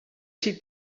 s’hi